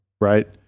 right